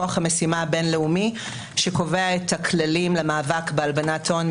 כוח המשימה הבין-לאומי שקובע את הכללים למאבק בהלבנת הון,